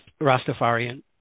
Rastafarian